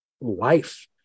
life